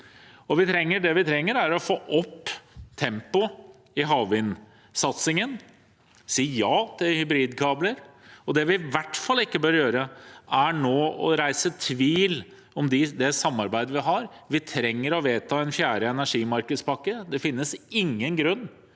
vi trenger, er å få opp tempoet i havvindsatsingen og si ja til hybridkabler, og det vi i hvert fall ikke bør gjøre, er nå å reise tvil om det samarbeidet vi har. Vi trenger å vedta en fjerde energimarkedspakke. Det finnes ingen grunn